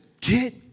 get